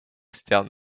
stern